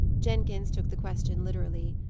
jenkins took the question literally.